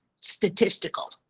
statistical